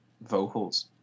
vocals